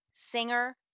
singer